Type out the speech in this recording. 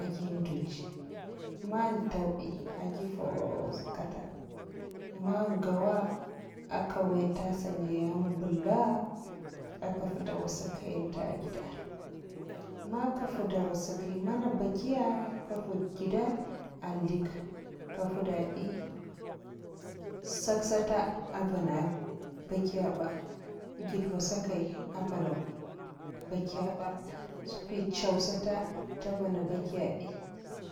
Agi nduch' man taw bi agi foroozwa kata man gauwa'aka nwoy tasa ngaya mbela'a aka fwud nwatskaii nta a'gida man ka nfwud watsakai mana bakiya aka nfwuda gida'a azlik ka nfwuda bi sak'sata avana bakiya ba gid'watsakaii avana bakiya ba skwi cèw sata kavana baki bi